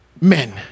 men